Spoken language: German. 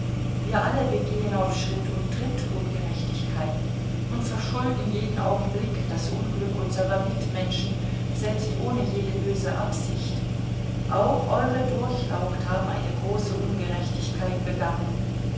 wir alle begehen auf schritt und tritt ungerechtigkeiten und verschulden jeden augenblick das unglück unserer mitmenschen selbst ohne jede böse absicht auch eure durchlaucht haben eine große ungerechtigkeit begangen